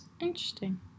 Interesting